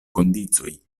kondiĉoj